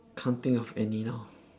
can't think of any now